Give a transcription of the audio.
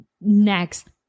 next